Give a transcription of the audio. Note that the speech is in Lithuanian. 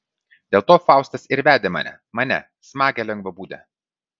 dėl to faustas ir vedė mane mane smagią lengvabūdę